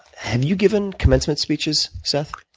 have you given commencement speeches, seth?